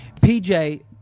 PJ